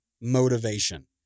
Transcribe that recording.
motivation